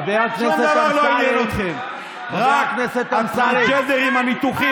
חבר הכנסת אמסלם, תודה.